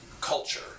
culture